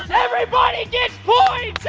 everybody gets points! hey